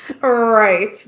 Right